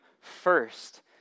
first